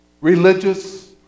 religious